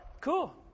Cool